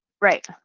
Right